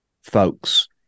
folks